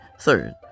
third